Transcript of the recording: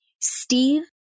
Steve